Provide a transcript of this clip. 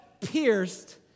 pierced